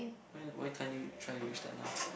why why can't you try to restart now